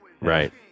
right